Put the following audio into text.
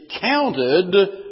counted